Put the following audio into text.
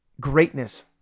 greatness